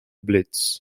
blitz